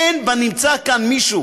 אין בנמצא כאן מישהו,